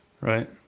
Right